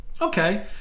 Okay